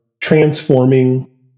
transforming